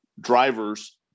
drivers